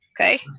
okay